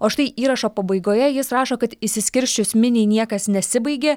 o štai įrašo pabaigoje jis rašo kad išsiskirsčius miniai niekas nesibaigė